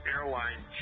Airline